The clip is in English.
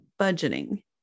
budgeting